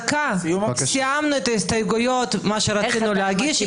סיימנו את ההסתייגויות שרצינו להגיש.